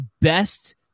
best